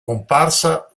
comparsa